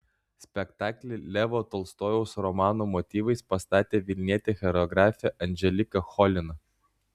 spektaklį levo tolstojaus romano motyvais pastatė vilnietė choreografė anželika cholina